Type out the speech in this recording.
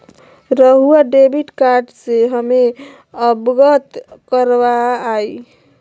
रहुआ debit card से हमें अवगत करवाआई?